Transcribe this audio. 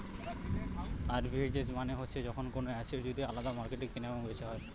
arbitrage মানে হচ্ছে যখন কোনো এসেট যদি আলাদা মার্কেটে কেনা এবং বেচা হয়